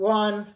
one